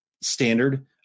standard